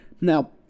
Now